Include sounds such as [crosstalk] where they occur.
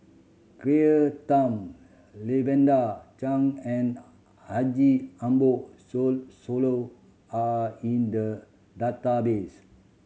Claire Tham Lavender Chang and Haji Ambo [unintelligible] Sooloh are in the database